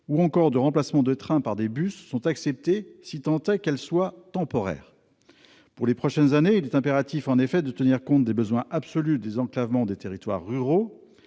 ou encore de remplacement de trains par des bus sont acceptées, pourvu qu'elles soient temporaires. Pour les prochaines années, il est impératif de tenir compte des besoins absolus de désenclavement des territoires ruraux.